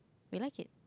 we like it